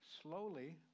slowly